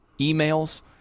emails –